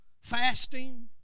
fasting